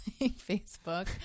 facebook